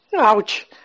Ouch